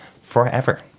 forever